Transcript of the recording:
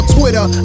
Twitter